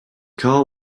car